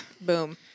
Boom